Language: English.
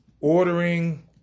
ordering